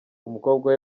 umukobwa